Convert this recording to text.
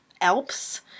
Alps